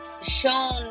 shown